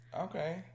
Okay